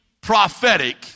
prophetic